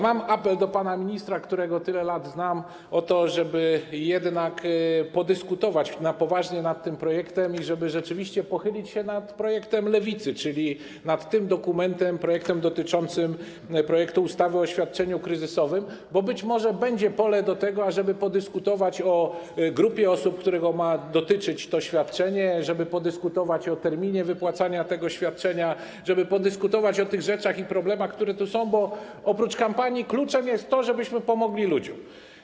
Mam apel do pana ministra, którego znam tyle lat, o to, żeby jednak podyskutować poważnie nad tym projektem i żeby rzeczywiście pochylić się nad projektem Lewicy, czyli nad tym dokumentem, projektem ustawy o świadczeniu kryzysowym, bo być może będzie pole do tego, ażeby podyskutować o grupie osób, których ma dotyczyć to świadczenie, żeby podyskutować o terminie wypłacania tego świadczenia, żeby podyskutować o rzeczach i problemach, które tu są, bo oprócz kampanii kluczem jest to, żebyśmy pomogli ludziom.